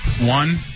One